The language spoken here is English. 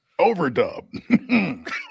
overdub